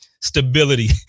stability